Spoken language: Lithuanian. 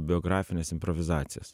biografines improvizacijas